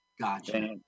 gotcha